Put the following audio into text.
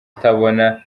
itabona